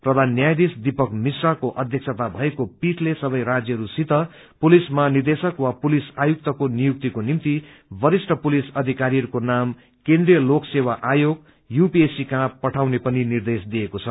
प्रधान न्यायाधीश दीपक मिश्राको अध्यक्षता भएको पीठते सबै राज्यहरूसित पुलिस मझनिदेशक वा पुलिस आयुक्तको नियुक्तिको निम्ति वरिष्ठ पुलिस अधिकारीहरूको नाम केन्द्रीय लोक सेवा आयोग यूपीएससी कहाँ पठाउने पनि निर्देश दिएको छ